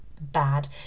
bad